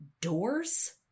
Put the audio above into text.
doors